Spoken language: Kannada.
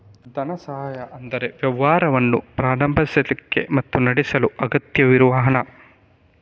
ಧನ ಸಹಾಯ ಅಂದ್ರೆ ವ್ಯವಹಾರವನ್ನ ಪ್ರಾರಂಭಿಸ್ಲಿಕ್ಕೆ ಮತ್ತೆ ನಡೆಸಲು ಅಗತ್ಯವಿರುವ ಹಣ